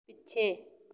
ਪਿੱਛੇ